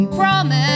promise